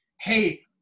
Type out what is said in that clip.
hey